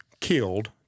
killed